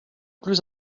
plus